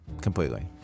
completely